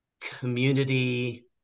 Community